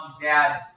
dad